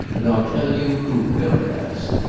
and i'll tell you who will last.